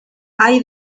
hay